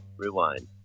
rewind